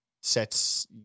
sets